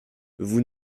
vous